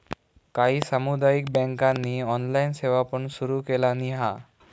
काही सामुदायिक बँकांनी ऑनलाइन सेवा पण सुरू केलानी हा